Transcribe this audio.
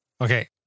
Okay